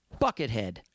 Buckethead